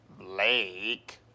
Blake